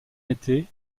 été